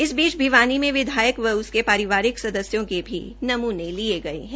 इसी बीच भिवानी में विधायक व उसके परिवारिक सदस्यों के भी नमूनू लिये गये है